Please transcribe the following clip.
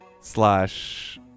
slash